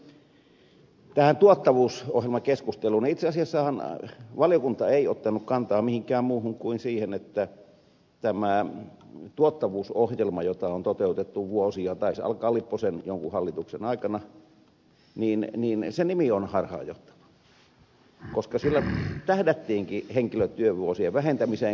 mitä tulee tuottavuusohjelmakeskusteluun niin itse asiassahan valiokunta ei ottanut kantaa mihinkään muuhun kuin siihen että tämän tuottavuusohjelman jota on toteutettu vuosia taisi alkaa lipposen jonkun hallituksen aikana nimi on harhaanjohtava koska sillä tähdättiinkin henkilötyövuosien vähentämiseen